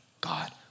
God